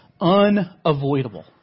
unavoidable